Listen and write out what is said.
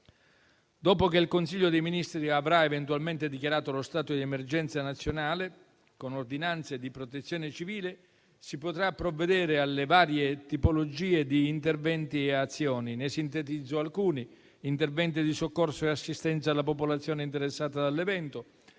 Dopo che il Consiglio dei ministri avrà eventualmente dichiarato lo stato di emergenza nazionale, con ordinanze di protezione civile si potrà provvedere alle varie tipologie di interventi e azioni. Ne sintetizzo alcuni: interventi di soccorso e assistenza alla popolazione interessata dall'evento,